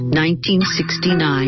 1969